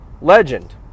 legend